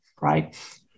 right